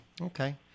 Okay